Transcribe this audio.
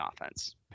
offense